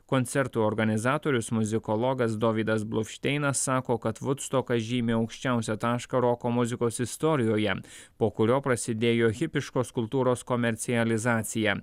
koncertų organizatorius muzikologas dovydas bluvšteinas sako kad vudstokas žymi aukščiausią tašką roko muzikos istorijoje po kurio prasidėjo hipiškos kultūros komercializacija